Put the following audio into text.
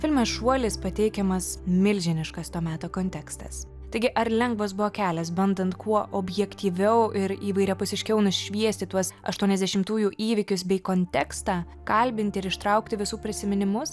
filme šuolis pateikiamas milžiniškas to meto kontekstas taigi ar lengvas buvo kelias bandant kuo objektyviau ir įvairiapusiškiau nušviesti tuos aštuoniasdešimtųjų įvykius bei kontekstą kalbinti ir ištraukti visų prisiminimus